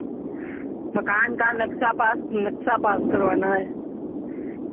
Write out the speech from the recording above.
मकान का नक्शा पास नक्शा पास करवाना है